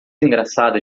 engraçada